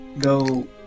Go